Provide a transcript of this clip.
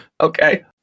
Okay